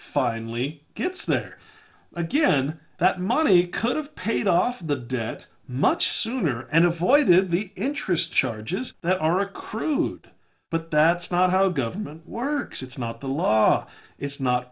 finally gets there again that money could have paid off the debt much sooner and avoided the interest charges that are a crude but that's not how government works it's not the law it's not